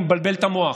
מבלבל את המוח.